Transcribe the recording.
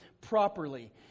properly